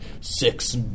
six